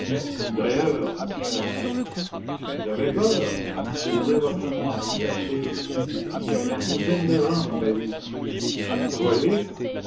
si vous n'avez pas confiance répliqua lupin ouvrez donc votre fenêtre et appelez il y a bien une douzaine d'agents dans la rue vous croyez